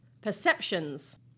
Perceptions